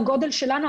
בגודל שלנו,